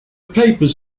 papers